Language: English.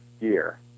year